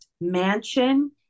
mansion